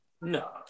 no